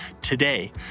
today